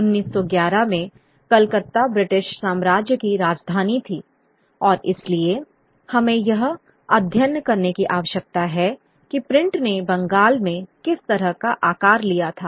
1911 में कलकत्ता ब्रिटिश साम्राज्य की राजधानी थी और इसलिए हमें यह अध्ययन करने की आवश्यकता है कि प्रिंट ने बंगाल में किस तरह का आकार लिया था